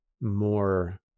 more